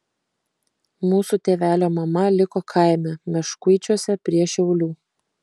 mūsų tėvelio mama liko kaime meškuičiuose prie šiaulių